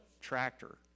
tractor